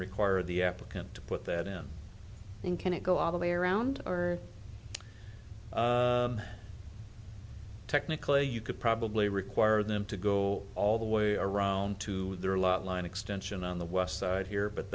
require the applicant to put that in in can it go all the way around or technically you could probably require them to go all the way around to there are a lot line extension on the west side here but